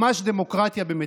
ממש דמוקרטיה במיטבה.